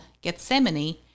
Gethsemane